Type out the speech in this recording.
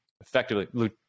effectively